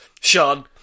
Sean